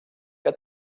que